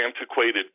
antiquated